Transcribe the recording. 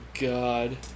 God